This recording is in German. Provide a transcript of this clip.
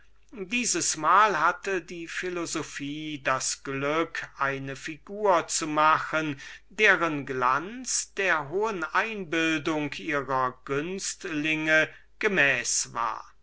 erdenbewohner diesesmal hatte die philosophie das glück eine figur zu machen deren glanz dieser hohen einbildung ihrer günstlinge gemäß war